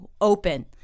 open